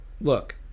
look